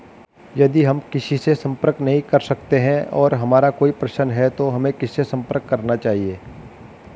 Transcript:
यदि हम किसी से संपर्क नहीं कर सकते हैं और हमारा कोई प्रश्न है तो हमें किससे संपर्क करना चाहिए?